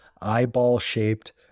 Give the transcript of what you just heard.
eyeball-shaped